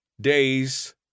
days